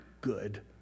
good